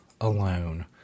alone